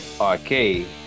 arcade